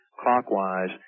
clockwise